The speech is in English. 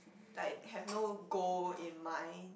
like have no goal in mind